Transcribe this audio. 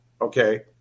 Okay